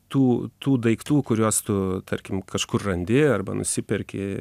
tų tų daiktų kuriuos tu tarkim kažkur randi arba nusiperki